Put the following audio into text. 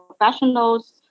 professionals